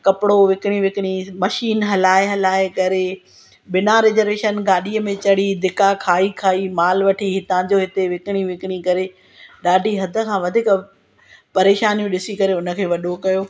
कपिड़ो विकिणी विकिणी मशीन हलाइ हलाइ करे बिना रिजरवेशन गाॾीअ में चढ़ी धिका खाई खाई माल वठी हितां जो हिते विकिणी विकिणी करे ॾाढी हदि खां वधीक परेशानियूं ॾिसी करे हुनखे वॾो कयो